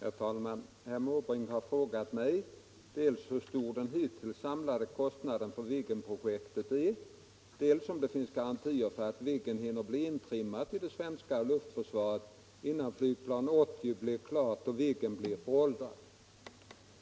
Herr talman! Herr Måbrink har frågat mig, dels hur stor den hittills samlade kostnaden för Viggenprojektet är, dels om det finns garantier för att Viggen hinner bli intrimmad i det svenska luftförsvaret innan flygplan 80 blir klart och Viggen blivit föråldrad,